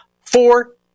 four